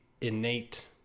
innate